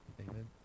Amen